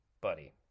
buddy